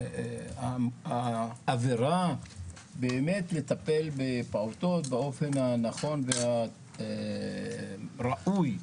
האווירה באמת לטפל בפעוטות באופן הנכון והראוי.